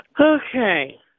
Okay